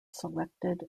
selected